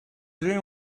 dream